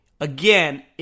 Again